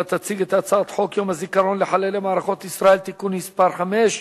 אתה תציג את הצעת חוק יום הזיכרון לחללי מערכות ישראל (תיקון מס' 5),